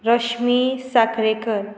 Rashmi Sakalekar